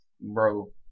Bro